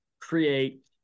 create